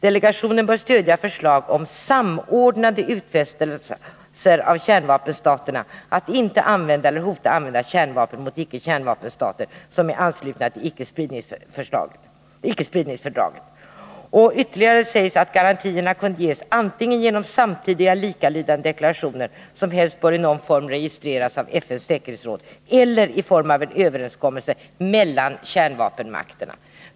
Delegationen bör stödja förslag om samordnade utfästelser av kärnvapenstaterna att inte använda eller hota använda kärnvapen mot icke-kärnvapen-stater, som är anslutna till ickespridningsfördraget. — Vidare sägs: Garantierna kan ges antingen genom samtidiga likalydande deklarationer, som helst bör i någon form registreras av FN:s säkerhetsråd, eller i form av överenskommelser mellan kärnvapenmakterna.